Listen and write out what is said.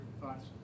thoughts